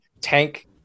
tank